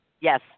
Yes